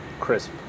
crisp